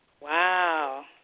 Wow